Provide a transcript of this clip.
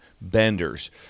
benders